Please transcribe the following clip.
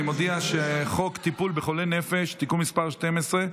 אני מודיע שחוק טיפול בחולי נפש (תיקון מס' 12),